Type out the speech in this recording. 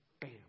bam